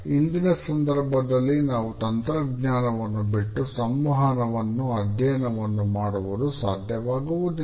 ಇಂದಿನ ಸಂದರ್ಭದಲ್ಲಿ ನಾವು ತಂತ್ರಜ್ನ್ಯಾನವನ್ನು ಬಿಟ್ಟು ಸಂವಹನವನ್ನು ಅಧ್ಯಯನವನ್ನು ಮಾಡುವುದು ಸಾಧ್ಯವಾಗುವುದಿಲ್ಲ